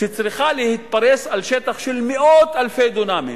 שצריכה להתפרס על שטח של מאות אלפי דונמים